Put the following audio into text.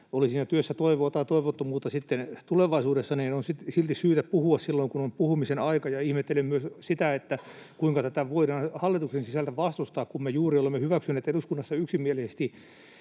oli siinä työssä toivoa tai toivottomuutta sitten tulevaisuudessa, niin on silti syytä puhua silloin, kun on puhumisen aika. Ja ihmettelen myös sitä, kuinka tätä voidaan hallituksen sisältä vastustaa, kun me juuri olemme hyväksyneet eduskunnassa yksimielisesti